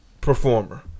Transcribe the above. performer